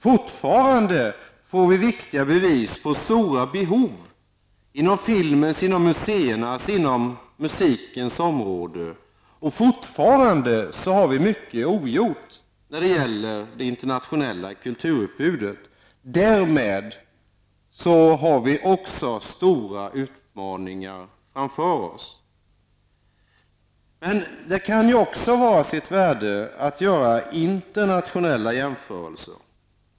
Fortfarande får vi bevis på stora behov inom filmens, museernas och musikens områden. Fortfarande har vi mycket ogjort när det gäller det internationella kulturutbudet. Därmed har vi också stora utmaningar framför oss. Det kan ha sitt värde att göra internationella jämförelser.